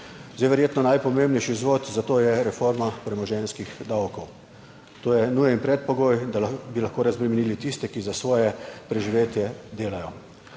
dela. Verjetno je najpomembnejši vzvod za to reforma premoženjskih davkov. To je nujen predpogoj, da bi lahko razbremenili tiste, ki delajo za svoje preživetje. Zato